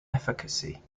efficacy